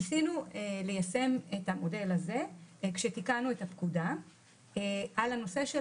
ניסינו ליישם את המודל הזה כשתיקנו את הפקודה על הנושא של